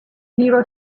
zero